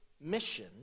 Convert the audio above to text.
mission